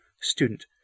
student